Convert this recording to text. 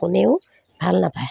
কোনেও ভাল নাপায়